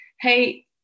Hey